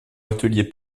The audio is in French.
atelier